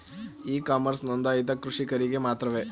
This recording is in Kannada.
ಇ ಕಾಮರ್ಸ್ ನೊಂದಾಯಿತ ಕೃಷಿಕರಿಗೆ ಮಾತ್ರವೇ?